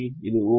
இது 'o'